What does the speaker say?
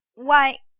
why,